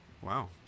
Wow